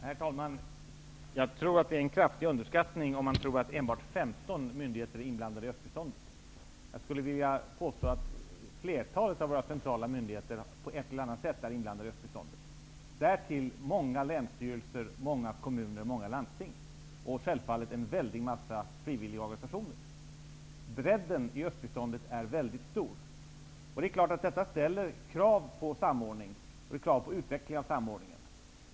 Herr talman! Jag tror att det är en kraftig underskattning om man tror att enbart 15 myndigheter är inblandade i östbiståndet. Jag skulle vilja påstå att flertalet av våra centrala myndigheter på ett eller annat sätt är inblandade i östbiståndet. Därtill kommer många länsstyrelser, många kommuner och landsting och självfallet en väldig massa frivilliga organisationer. Bredden i östbiståndet är mycket stor. Det är klart att detta ställer krav på samordning och krav på utvecklingen av samordningen.